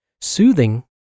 Soothing